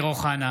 (קורא בשמות חברי הכנסת)